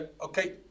okay